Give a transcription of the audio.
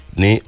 ni